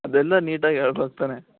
ಅದೆಲ್ಲ ನೀಟಾಗಿ ಹೇಳ್ಬಕ್ ತಾನೇ